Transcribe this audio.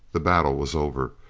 the battle was over.